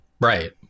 right